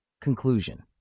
Conclusion